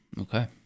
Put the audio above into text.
Okay